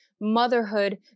Motherhood